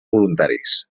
voluntaris